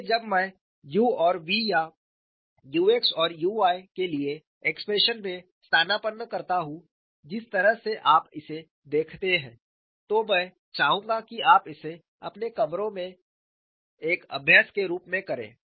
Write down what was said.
इसलिए जब मैं u और v या u x और u y के लिए एक्सप्रेशन में स्थानापन्न करता हूँ जिस तरह से आप इसे देखते हैं तो मैं चाहूंगा कि आप इसे अपने कमरों में एक अभ्यास के रूप में करें